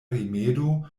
rimedo